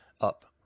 up